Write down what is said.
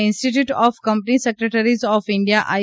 institute of company secretaries of India I